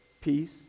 peace